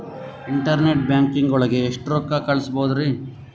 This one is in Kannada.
ಇಂಟರ್ನೆಟ್ ಬ್ಯಾಂಕಿಂಗ್ ಒಳಗೆ ಎಷ್ಟ್ ರೊಕ್ಕ ಕಲ್ಸ್ಬೋದ್ ರಿ?